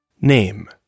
Name